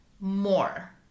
more